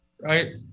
Right